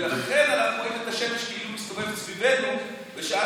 ולכן אנחנו רואים את השמש כאילו מסתובבת סביבנו בשעה